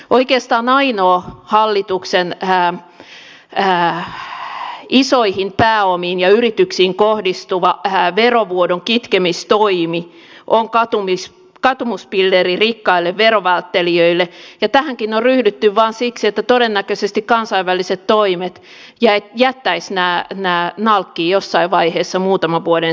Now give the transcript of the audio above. oikeastaan ainoa hallituksen isoihin pääomiin ja yrityksiin kohdistuva verovuodon kitkemistoimi on katumuspilleri rikkaille veronvälttelijöille ja tähänkin on ryhdytty vain siksi että todennäköisesti kansainväliset toimet jättäisivät nämä nalkkiin jossain vaiheessa muutaman vuoden sisällä